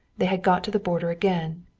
they had got to the border again.